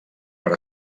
per